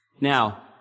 Now